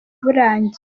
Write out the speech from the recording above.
burangiye